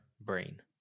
brain